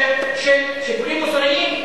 שיקולים מוסריים,